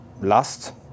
last